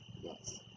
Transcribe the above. Yes